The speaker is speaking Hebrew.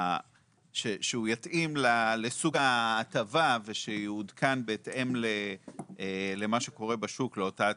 שהוא יתאים לסוג ההטבה ושיעודכן בהתאם למה שקורה בשוק לאותה הטבה.